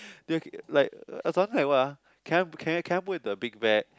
their like uh I sounded like what ah can I can I can I put in the big bag